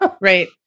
Right